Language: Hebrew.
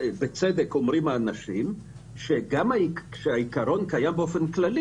בצדק אומרים האנשים שהעיקרון קיים באופן כללי,